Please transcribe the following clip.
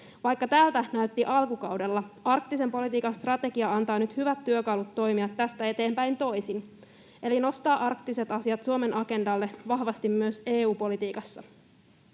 Vaikka tältä näytti alkukaudella, arktisen politiikan strategia antaa nyt hyvät työkalut toimia tästä eteenpäin toisin eli nostaa arktiset asiat Suomen agendalle vahvasti myös EU-politiikassa.